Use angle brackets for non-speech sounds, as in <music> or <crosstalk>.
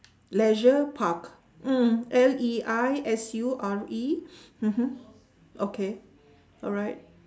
leisure park mm L E I S U R E <noise> mmhmm okay alright